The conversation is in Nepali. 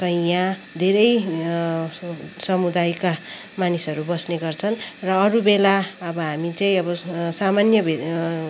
कैँया धेरै समुदायका मानिसहरू बस्ने गर्छन् र अरूबेला अब हामी चाहिँ अब सामान्य भे